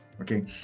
Okay